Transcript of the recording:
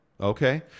okay